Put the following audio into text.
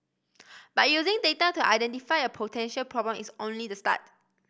but using data to identify a potential problem is only the start